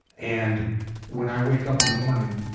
and when i wake up in the morning,